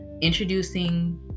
introducing